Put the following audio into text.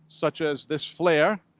such as this flare,